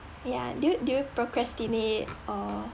ya do you do you procrastinate or